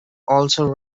also